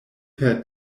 per